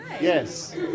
Yes